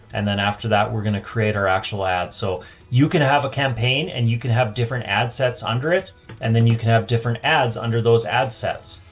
and then after that we're going to create our actual ads. so you can have a campaign and you can have different ad sets under it and then you can have different ads under those ad sets.